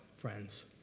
friends